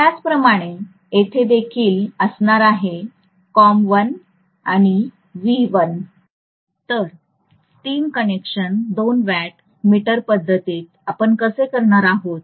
त्याचप्रकारे येथे देखील असणार आहे COM1 आणि v1 तर तीन कनेक्शन दोन वॅट मीटर पद्धतीत आपण असे करणार आहोत